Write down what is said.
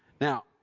Now